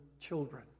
children